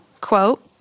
Quote